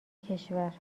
کشور